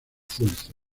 fuerza